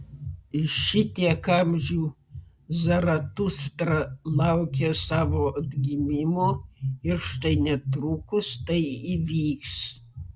šitiek amžių zaratustra laukė savo atgimimo ir štai netrukus tai įvyks